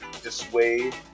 dissuade